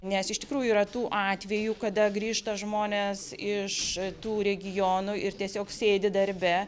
nes iš tikrųjų yra tų atvejų kada grįžta žmonės iš tų regionų ir tiesiog sėdi darbe